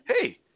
hey